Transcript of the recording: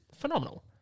phenomenal